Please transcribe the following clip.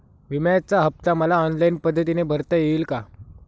विम्याचा हफ्ता मला ऑनलाईन पद्धतीने भरता येईल का?